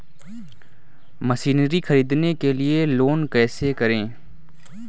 Machinery ख़रीदने के लिए लोन कैसे करें?